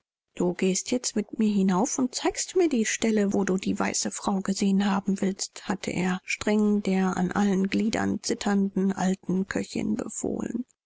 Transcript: du gehst jetzt mit mir hinauf und zeigst mir die stelle wo du die weiße frau gesehen haben willst hatte er streng der an allen gliedern zitternden alten köchin befohlen